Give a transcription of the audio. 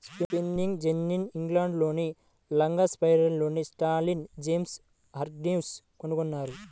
spinning జెన్నీని ఇంగ్లండ్లోని లంకాషైర్లోని స్టాన్హిల్ జేమ్స్ హార్గ్రీవ్స్ కనుగొన్నారు